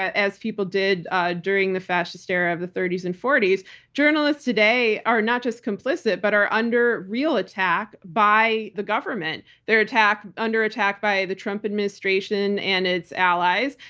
as people did ah during the fascist era of the thirty s and forty s journalists today are not just complicit, but are under real attack by the government. they're under attack by the trump administration and its allies.